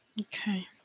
Okay